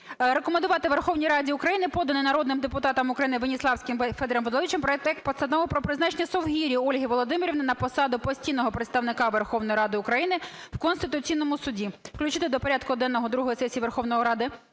рекомендувати Верховній Раді України поданий народним депутатом України Веніславським Федором Володимировичем проект Постанови про призначення Совгирі Ольги Володимирівни на посаду постійного представника Верховної Ради України в Конституційному Суді включити до порядку денного другої сесії Верховної Ради,